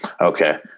okay